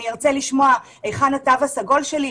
ארצה לשמוע היכן התו הסגול שלי,